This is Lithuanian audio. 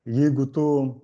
jeigu tu